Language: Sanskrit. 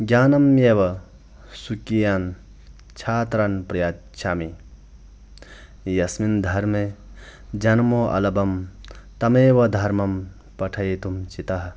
ज्ञानाम्येव स्वकीयान् छात्रान् प्रयच्छामि यस्मिन् धर्मे जन्म अलभं तमेव धर्मं पाठयितुं चितः